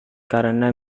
karena